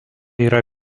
yra